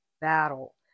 battle